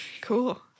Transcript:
Cool